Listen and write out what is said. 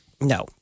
No